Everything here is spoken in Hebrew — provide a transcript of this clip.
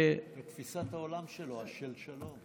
תפיסת העולם שלו, השם שלו.